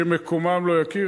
שמקומם לא יכיר.